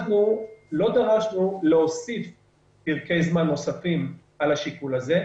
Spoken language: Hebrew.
אנחנו לא דרשנו להוסיף פרקי זמן נוספים על השיקול הזה.